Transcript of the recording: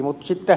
mutta ed